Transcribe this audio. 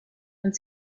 und